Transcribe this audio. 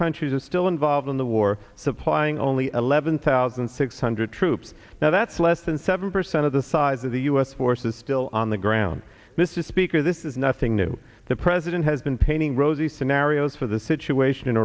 countries are still involved in war supplying only eleven thousand six hundred troops now that's less than seven percent of the size of the u s forces still on the ground mrs speaker this is nothing new the president has been painting rosy scenarios for the situation in